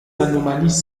anomalies